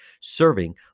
serving